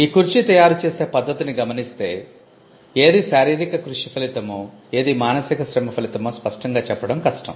ఈ కుర్చీ తయారు చేసే పద్ధతిని గమనిస్తే ఏది శారీరిక కృషి ఫలితమో ఏది మానసిక శ్రమ ఫలితమో స్పష్టంగా చెప్పడం కష్టం